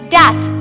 death